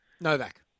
Novak